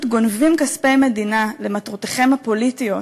גונבים כספי מדינה למטרותיכם הפוליטיות,